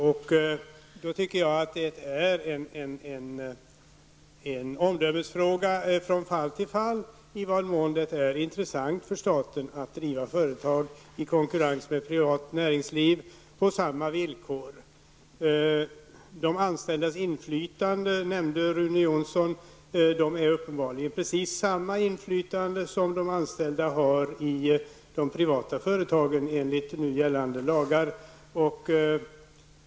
Jag tycker att det är en omdömesfråga från fall till fall i vad mån det är intressant för staten att driva företag i konkurrens med privat näringsliv på samma villkor. Rune Jonsson nämnde de anställdas inflytande. Det skall uppenbarligen vara precis samma inflytande som de anställda har i de privata företagen enligt nu gällande lagar.